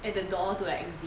at the door to exit